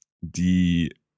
die